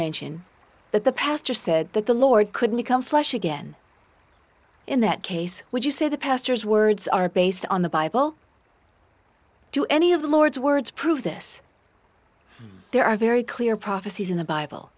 mention that the pastor said that the lord couldn't come flesh again in that case would you say the pastor's words are based on the bible do any of the lord's words prove this there are very clear prophecies in the bible